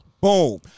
boom